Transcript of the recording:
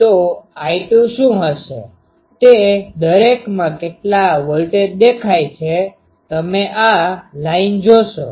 તો I2 શું હશેતે દરેકમાં કેટલા વોલ્ટેજ દેખાય છે તમે આ લાઈન જોશો